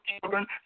children